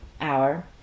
hour